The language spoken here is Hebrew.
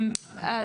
יונתן,